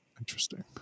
Interesting